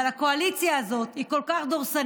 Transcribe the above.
אבל הקואליציה הזאת היא כל כך דורסנית,